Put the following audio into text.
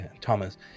Thomas